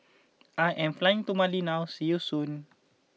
I am flying to Mali now see you soon